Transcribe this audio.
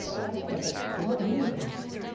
i get it. but but what really happened